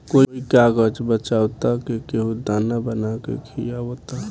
कोई कागज बचावता त केहू दाना बना के खिआवता